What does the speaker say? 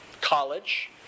college